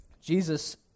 Jesus